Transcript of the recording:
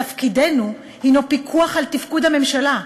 תפקידנו הנו פיקוח על תפקוד הממשלה,